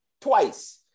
twice